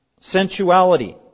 Sensuality